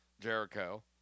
Jericho